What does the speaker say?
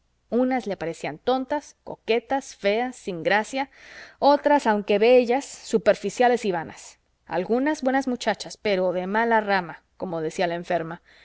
unas le parecían tontas coquetas feas sin gracia otras aunque bellas superficiales y vanas algunas buenas muchachas pero de mala rama como decía la enferma